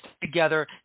together